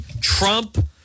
Trump